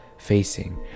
facing